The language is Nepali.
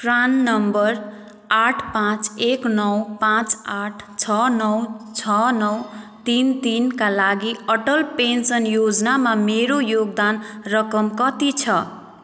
प्रान नम्बर आठ पाँच एक नौ पाँच आठ छ नौ छ नौ तिन तिनका लागि अटल पेन्सन योजनामा मेरो योगदान रकम कति छ